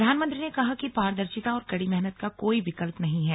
प्रधानमंत्री ने कहा कि पारदर्शिता और कड़ी मेहनत का कोई विकल्प नहीं है